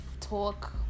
talk